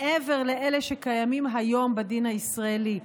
מעבר לאלו שקיימים היום בדין הישראלי.